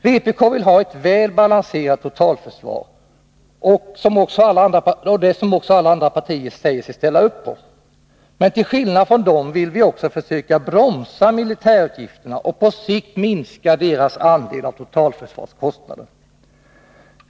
Vpk vill ha ett väl balanserat totalförsvar, vilket också alla andra partier säger sig vilja ställa upp på. Men till skillnad från dem vill vi också försöka bromsa militärutgifterna och på sikt minska deras andel av totalförsvarskostnaden.